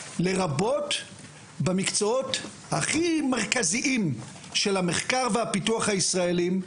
לרבות במקצועות הכי מרכזיים של המחקר והפיתוח הישראלים.